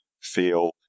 feel